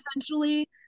essentially